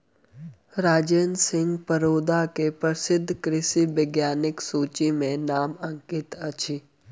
राजेंद्र सिंह परोदा के प्रसिद्ध कृषि वैज्ञानिकक सूचि में नाम अंकित अछि